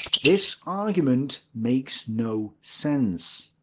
this argument makes no sense.